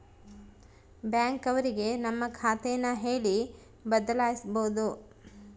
bank ಅವ್ರಿಗೆ ನಮ್ ಖಾತೆ ನ ಹೇಳಿ ಬದಲಾಯಿಸ್ಬೋದು